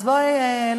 אז בואי,